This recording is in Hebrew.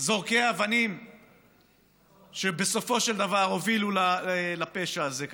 זורקי אבנים שבסופו של דבר הובילו לפשע הזה,